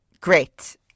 Great